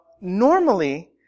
normally